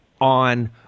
on